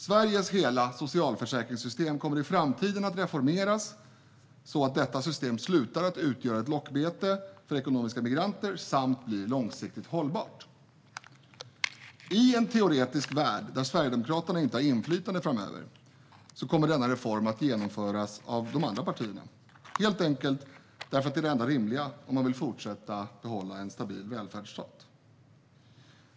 Sveriges hela socialförsäkringssystem kommer i framtiden att reformeras så att det slutar att utgöra ett lockbete för ekonomiska migranter samt blir långsiktigt hållbart. I en teoretisk värld där Sverigedemokraterna inte har inflytande framöver kommer denna reform att genomföras av de andra partierna, helt enkelt därför att det är det enda rimliga om man vill fortsätta att behålla en stabil välfärdsstat.